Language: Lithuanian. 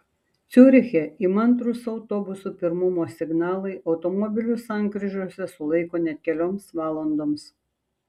ciuriche įmantrūs autobusų pirmumo signalai automobilius sankryžose sulaiko net kelioms valandoms